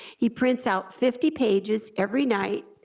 he prints out fifty pages every night,